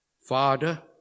Father